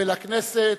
ולכנסת,